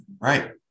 Right